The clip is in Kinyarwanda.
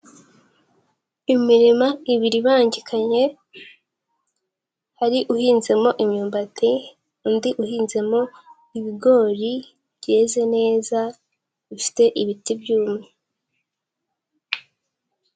Imirima ibiri ibangikanye hari uhinzemo imyumbati, undi uhinzemo ibigori byeze neza bifite ibiti byumye.